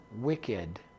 wicked